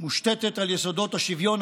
המושתתת על יסודות השוויון,